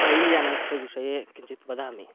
rail यानस्य विषये किञ्चित् वदामि